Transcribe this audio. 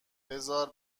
بزار